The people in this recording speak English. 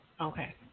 Okay